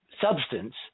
substance